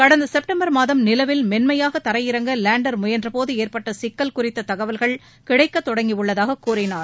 கடந்த செப்டம்பர் மாதம் நிலவில் மென்மையாக தரையிறங்க லேண்டர் முயன்றபோது ஏற்பட்ட சிக்கல் குறித்த தகவல்கள் கிடைக்க தொடங்கியுள்ளதாக கூறினார்